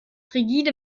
rigide